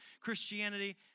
Christianity